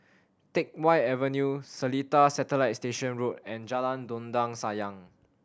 Teck Whye Avenue Seletar Satellite Station Road and Jalan Dondang Sayang